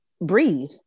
breathe